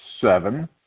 seven